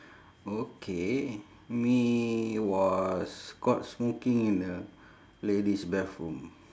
okay me was caught smoking in the ladies bathroom